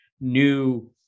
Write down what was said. new